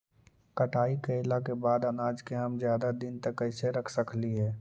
कटाई कैला के बाद अनाज के हम ज्यादा दिन तक कैसे रख सकली हे?